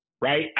right